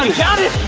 got it.